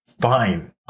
fine